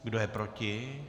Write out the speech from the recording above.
Kdo je proti?